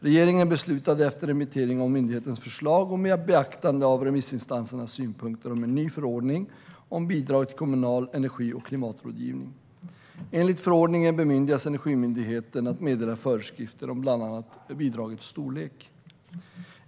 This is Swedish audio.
Regeringen beslutade efter remittering av myndighetens förslag, och med beaktande av remissinstansernas synpunkter, om en ny förordning om bidrag till kommunal energi och klimatrådgivning. Enligt förordningen bemyndigas Energimyndigheten att meddela föreskrifter om bland annat bidragets storlek.